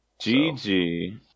GG